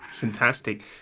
Fantastic